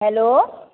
hello